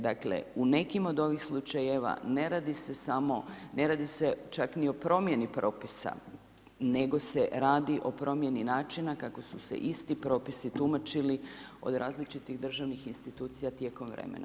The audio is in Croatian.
Dakle, u nekim od ovih slučajeva, ne radi se samo, ne radi se čak ni o promijeni propisa, nego se radi o promijeni načina, kako su se isti propisi tumačili od različitih državnih institucija tijekom vremena.